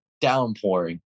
downpouring